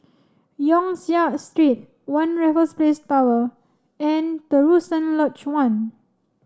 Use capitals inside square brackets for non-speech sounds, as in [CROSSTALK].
Yong Siak Street One [UNINTELLIGIBLE] Tower and Terusan Lodge One